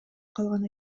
калган